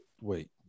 Wait